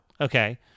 Okay